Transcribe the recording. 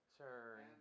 turn